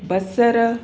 बसर